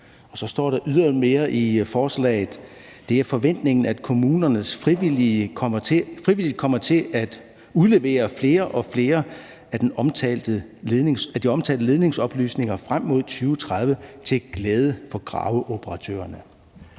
så står der ydermere i forslaget, at det er forventningen, at kommunerne frivilligt kommer til at udlevere flere og flere af de omtalte ledningsoplysninger frem mod 2030 til glæde for graveoperatørerne.